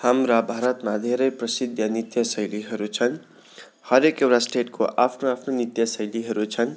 हाम्रा भारतमा धेरै प्रसिद्ध नृत्य शैलीहरू छन् हरेक एउटा स्टेटको आफ्नो आफ्नो नृत्य शैलीहरू छन्